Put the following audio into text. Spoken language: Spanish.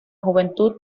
juventud